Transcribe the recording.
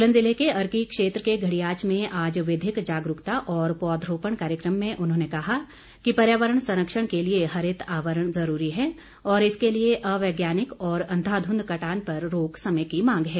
सोलन जिले के अर्की क्षेत्र के घड़ियाच में आज विधिक जागरूकता और पौधरोपण कार्यक्रम में उन्होंने कहा कि पर्यावरण संरक्षण के लिए हरित आवरण ज़रूरी है और इसके लिए अवैज्ञानिक और अंधाध्रंध कटान पर रोक समय की मांग है